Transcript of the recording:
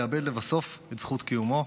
לאבד לבסוף את זכות קיומו.